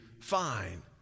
fine